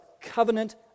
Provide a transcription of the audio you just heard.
covenant